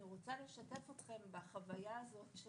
אני רוצה לשתף אתכם בחוויה הזאת.